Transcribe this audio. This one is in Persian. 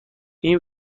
این